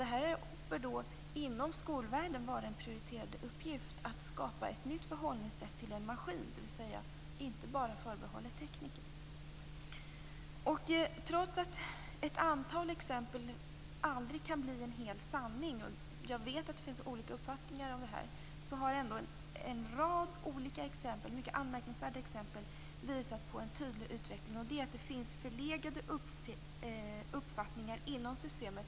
Det bör alltså vara en prioriterad uppgift inom skolvärlden att skapa ett nytt förhållningssätt till en maskin, dvs. inte enbart förbehållen tekniker. Trots att ett antal exempel aldrig kan bli en hel sanning, och jag vet att det finns olika uppfattningar om det här, har en rad olika mycket anmärkningsvärda exempel tydligt visat att det finns förlegade uppfattningar inom systemet.